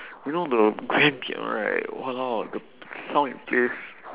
you know the grand piano right !walao! t~ the sound it plays